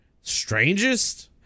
strangest